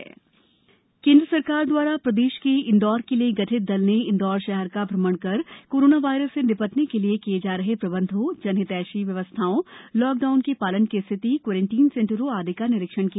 केन्द्रीय दल निरीक्षण केंद्र सरकार द्वारा प्रदेश के इंदौर के लिये गठित दल ने इंदौर शहर का भ्रमण कर कोरोना वायरस से निपटने के लिये किये जा रहे प्रबंधों जनहितैषी व्यवस्थाओं लॉकडाउन के पालन की स्थिति कोरेंटाइन सेंटरों आदि का निरीक्षण किया